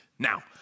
Now